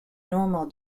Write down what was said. normal